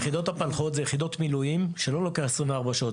יחידות הפלחו"ד זה יחידות מילואים שלוקח לגייס אותן פחות מ-24 שעות.